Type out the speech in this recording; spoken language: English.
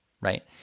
right